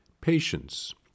Patience